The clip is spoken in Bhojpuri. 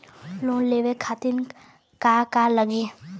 लोन लेवे खातीर का का लगी?